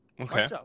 Okay